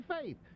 Faith